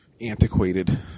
antiquated